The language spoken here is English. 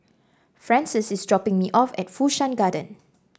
Frances is dropping me off at Fu Shan Garden